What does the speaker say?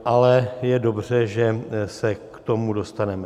Ale je dobře, že se k tomu dostaneme.